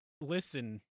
listen